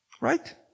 Right